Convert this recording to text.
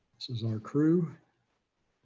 this is our crew.